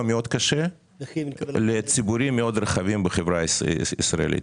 מאוד קשה לציבורים מאוד רחבים בחברה הישראלית.